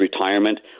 retirement